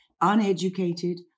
uneducated